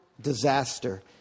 disaster